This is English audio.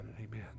amen